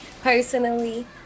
personally